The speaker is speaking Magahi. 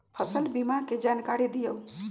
फसल बीमा के जानकारी दिअऊ?